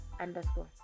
underscore